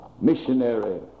missionary